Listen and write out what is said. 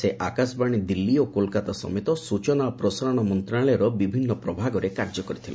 ସେ ଆକାଶବାଣୀ ଦିଲ୍ଲୀ ଓ କଲକାତା ସମେତ ସୂଚନା ଓ ପ୍ରସାରଣ ମନ୍ତ୍ରଣାଳୟର ବିଭିନ୍ନ ପ୍ରଭାଗରେ କାର୍ଯ୍ୟ କରିଥିଲେ